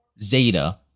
Zeta